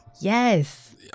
Yes